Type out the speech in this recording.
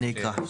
אני אקרא.